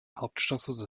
hauptstraße